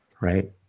Right